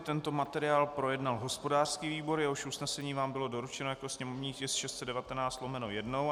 Tento materiál projednal hospodářský výbor, jehož usnesení vám bylo doručeno jako sněmovní tisk 619/1.